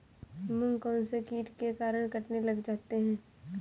मूंग कौनसे कीट के कारण कटने लग जाते हैं?